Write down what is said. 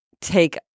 take